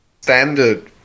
standard